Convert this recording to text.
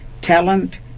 talent